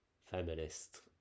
feminist